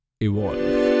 evolve